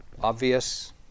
obvious